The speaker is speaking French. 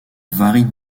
varie